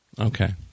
Okay